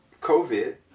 COVID